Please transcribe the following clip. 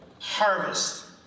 Harvest